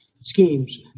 schemes